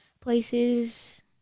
places